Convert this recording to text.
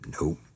Nope